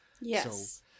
Yes